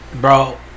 Bro